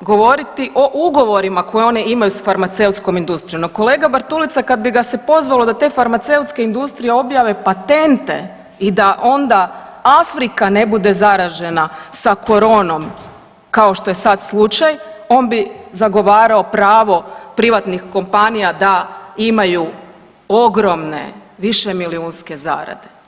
govoriti o ugovorima koje oni imaju s farmaceutskom industrijom, no kolega Bartulica kad bi ga se pozvalo da te farmaceutske industrije objave patente i da onda Afrika ne bude zaražena sa koronom kao što je sada slučaj, on bi zagovarao pravo privatnih kompanija da imaju ogromne višemilijunske zarade.